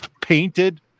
painted